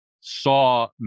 saw